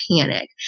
panic